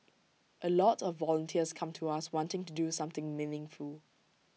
A lot of volunteers come to us wanting to do something meaningful